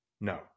no